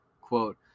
Quote